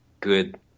good